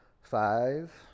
Five